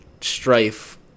strife